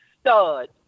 stud